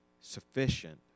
sufficient